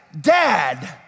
Dad